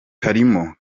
karimo